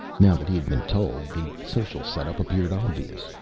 now that he had been told, the social setup appeared obvious.